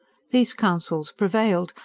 these counsels prevailed,